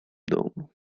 domu